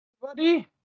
buddy